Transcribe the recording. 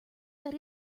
that